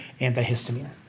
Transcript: antihistamine